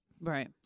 Right